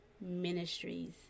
Ministries